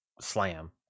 slam